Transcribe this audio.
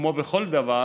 כמו בכל דבר